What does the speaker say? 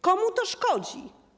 Komu to szkodzi?